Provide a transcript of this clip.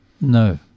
No